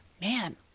man